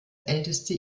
älteste